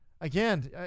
again